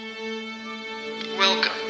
Welcome